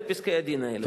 פסקי-הדין האלה.